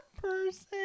person